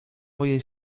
boję